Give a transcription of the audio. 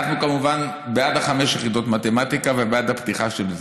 אנחנו כמובן בעד חמש יחידות מתמטיקה ובעד הפתיחה של זה,